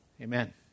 amen